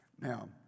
Now